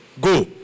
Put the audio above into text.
Go